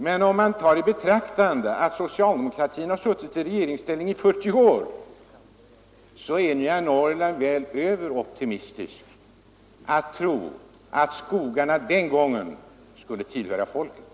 Men om vi tar i betraktande att socialdemokraterna har suttit i regeringsställning i 40 år är det väl närmast överoptimistiskt om Nya Norrland tror att skogarna den gången skulle tillhöra folket.